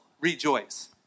rejoice